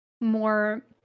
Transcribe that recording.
more